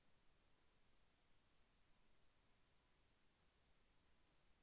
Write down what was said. లోను తీసుకోవడానికి మంత్లీ ఆదాయము ఎంత ఉండాలి?